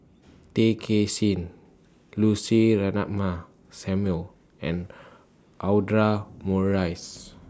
Tay Kay Chin Lucy Ratnammah Samuel and Audra Morrice